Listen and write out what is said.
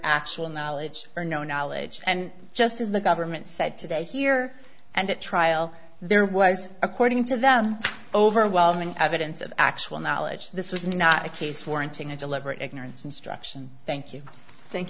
actual knowledge or no knowledge and just as the government said today here and at trial there was according to them overwhelming evidence of actual knowledge this was not the case warranting a deliberate ignorance instruction thank you thank